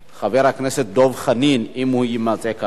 חבר הכנסת דב חנין, אם הוא יימצא כאן.